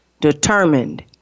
Determined